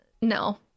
No